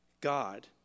God